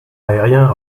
aérien